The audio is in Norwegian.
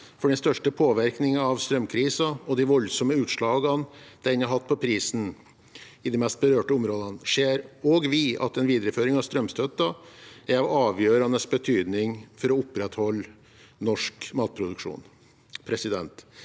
for den største påvirkningen av strømkrisen og de voldsomme utslagene den har hatt på prisene i de mest berørte områdene, ser også vi at en videreføring av strømstøtten er av avgjørende betydning for å opprettholde norsk matproduksjon.